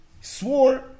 swore